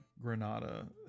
Granada